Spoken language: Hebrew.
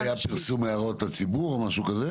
לא היה פרסום להערות הציבור או משהו כזה?